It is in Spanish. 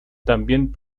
también